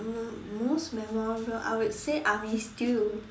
m~ most memorable I would say army stew